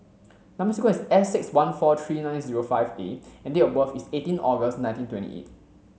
number sequence is S six one four three nine zero five A and date of birth is eighteen August nineteen twenty eight